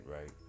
right